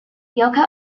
yoko